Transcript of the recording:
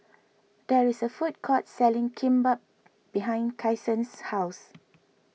there is a food court selling Kimbap behind Kyson's house